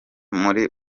muri